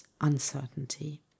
uncertainty